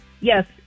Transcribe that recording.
yes